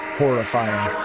horrifying